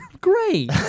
Great